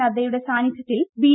നദ്ദ്യുടെ സാന്നിധൃത്തിൽ ബി